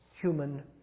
human